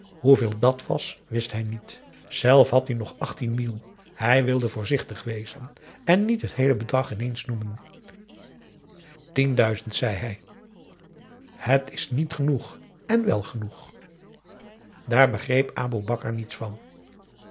hoeveel dat was wist hij niet zelf had hij nog achttien mille hij wilde voorzichtig wezen en niet het heele bedrag ineens noemen tien duizend zei hij het is niet genoeg en wel genoeg daar begreep aboe bakar niets van